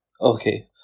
Okay